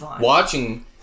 watching